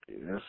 Yes